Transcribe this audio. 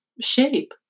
shape